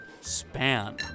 span